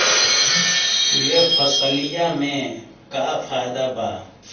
यह फसलिया में का फायदा बा?